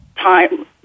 time